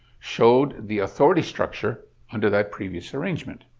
showed the authority structure under that previous arrangement.